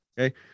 Okay